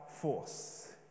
force